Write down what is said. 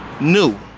new